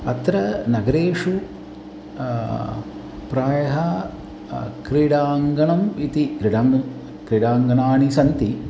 अत्र नगरेषु प्रायः क्रीडाङ्गणम् इति क्रीडाङ्गणम् क्रीडाङ्गणानि सन्ति